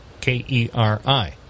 K-E-R-I